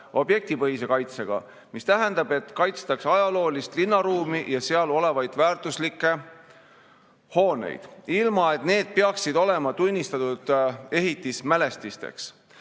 objektipõhise kaitsega, mis tähendab, et kaitstakse ajaloolist linnaruumi ja seal olevaid väärtuslikke hooneid, ilma et need peaks olema tunnistatud ehitismälestisteks.